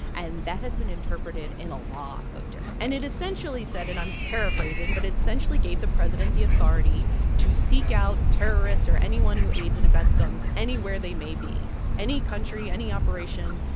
and that has been interpreted in a lot of different ways and it essentially said and i'm paraphrasing but it essentially gave the president the authority to seek out terrorists or anyone who aids and abets them anywhere they may be any country, any operation.